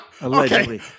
Allegedly